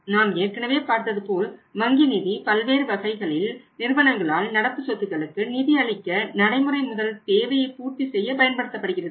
நாம் ஏற்கனவே பார்த்தது போல் வங்கி நிதி பல்வேறு வகைகளில் நிறுவனங்களால் நடப்பு சொத்துகளுக்கு நிதி அளிக்க நடைமுறை முதல் தேவையை பூர்த்தி செய்ய பயன்படுத்தப்படுகிறது